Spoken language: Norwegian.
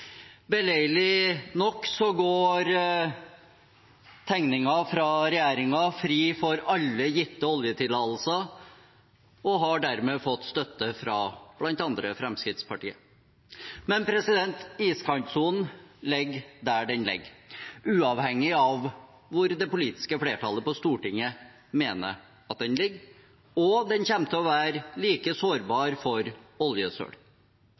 Beleilig nok går tegningen fra regjeringen fri for alle gitte oljetillatelser og har dermed fått støtte fra bl.a. Fremskrittspartiet. Men iskantsonen ligger der den ligger, uavhengig av hvor det politiske flertallet på Stortinget mener at den ligger, og den kommer til å være like sårbar for oljesøl.